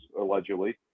allegedly